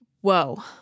Whoa